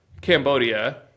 Cambodia